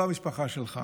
לא המשפחה שלך.